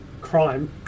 crime